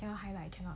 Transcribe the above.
要 highlight cannot